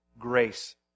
grace